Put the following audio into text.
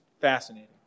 fascinating